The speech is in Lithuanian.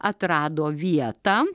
atrado vietą